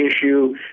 issue